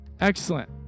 Excellent